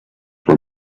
were